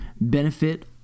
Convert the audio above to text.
benefit